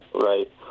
Right